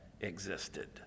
existed